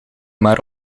maar